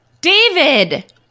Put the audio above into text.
David